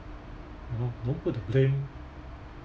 you know don't put the blame